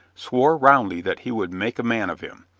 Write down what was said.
swore roundly that he would make a man of him,